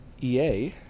EA